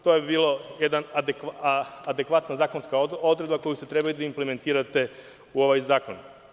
To bi bila jedna adekvatna zakonska odredba koju ste trebali da implementirate u ovaj zakon.